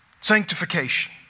sanctification